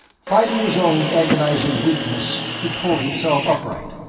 fighting his own agonizing weakness, he pulled himself upright.